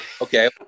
Okay